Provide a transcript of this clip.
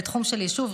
בתחום של יישוב,